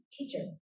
Teacher